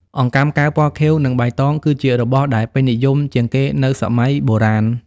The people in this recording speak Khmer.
អង្កាំកែវពណ៌ខៀវ និងបៃតង គឺជារបស់ដែលពេញនិយមជាងគេនៅសម័យបុរាណ។